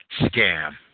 scam